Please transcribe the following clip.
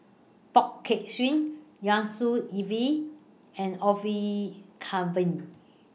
Poh Kay Swee Yusnor Ef and Orfeur Cavenagh